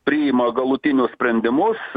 priima galutinius sprendimus